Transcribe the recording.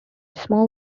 small